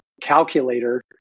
calculator